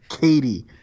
Katie